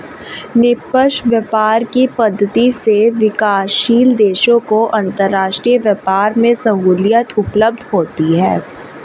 निष्पक्ष व्यापार की पद्धति से विकासशील देशों को अंतरराष्ट्रीय व्यापार में सहूलियत उपलब्ध होती है